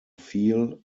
feel